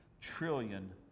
trillion